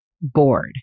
bored